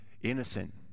Innocent